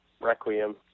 Requiem